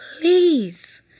please